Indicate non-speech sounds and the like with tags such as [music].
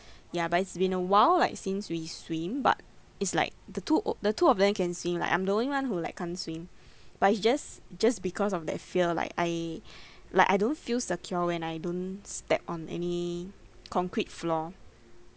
ya but it's been a while like since we swim but it's like the two o~ the two of them can swim like I'm the only [one] who like can't swim [breath] but it's just just because of that fear like I [breath] like I don't feel secure when I don't step on any concrete floor